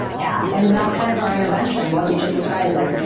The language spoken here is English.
yeah. and that's kind of our intervention. what you just described is like,